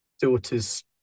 daughter's